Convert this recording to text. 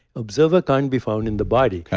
observer can't be found in the body,